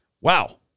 Wow